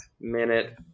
minute